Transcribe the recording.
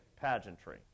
pageantry